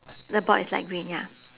the board is light green ya